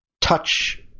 touch